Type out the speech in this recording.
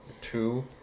two